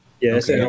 Yes